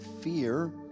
fear